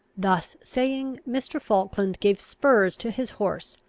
thus saying, mr. falkland gave spurs to his horse,